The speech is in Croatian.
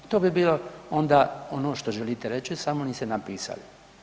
To bi bilo onda ono što želite reći samo niste napisali.